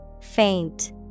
faint